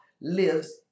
lives